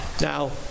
Now